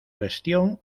gestión